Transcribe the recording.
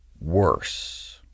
Worse